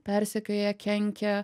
persekioja kenkia